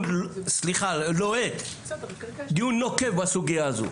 דיון לוהט, דיון נוקב בסוגיה הזאת.